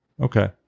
okay